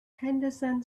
henderson